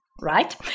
right